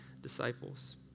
disciples